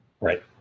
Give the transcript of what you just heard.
Right